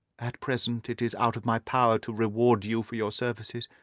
at present it is out of my power to reward you for your services,